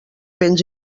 béns